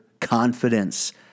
confidence